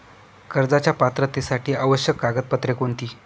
कर्जाच्या पात्रतेसाठी आवश्यक कागदपत्रे कोणती?